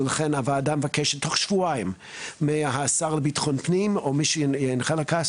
ולכן הוועדה מבקשת תוך שבועיים מהשר לביטחון הפנים או מי שיונחה לכך,